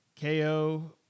KO